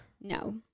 no